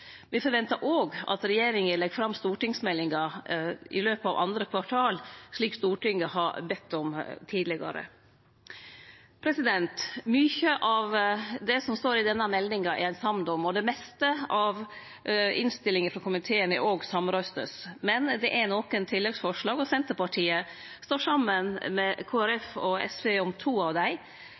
Me forventar òg at regjeringa legg fram stortingsmeldinga i løpet av 2. kvartal, slik Stortinget har bedt om tidlegare. Mykje av det som står i denne meldinga, er ein samd om. Det meste av innstillinga frå komiteen er òg samrøystes, men det er nokre tilleggsforslag. Senterpartiet står saman med Kristeleg Folkeparti og SV bak to av dei